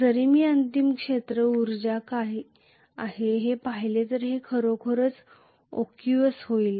जरी मी अंतिम क्षेत्र उर्जा काय आहे हे पाहिले तर ते खरोखर OQS होईल